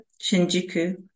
Shinjuku